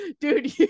dude